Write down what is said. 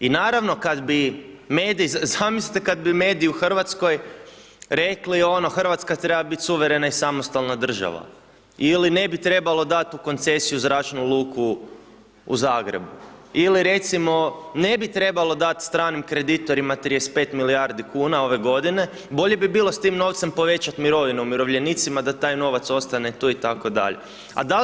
I naravno, kad bi mediji, zamislite kad bi mediji u Hrvatskoj rekli, ono, Hrvatska treba biti suverena i samostalna država, ili ne bi trebalo dati u koncesiju zračnu luku u Zagrebu, ili recimo ne bi trebalo dati stranim kreditorima 35 milijardi kuna ove godine, bolje bi bilo s tim novcem povećati mirovine umirovljenicima, da taj novac ostane tu i tako dalje.